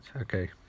okay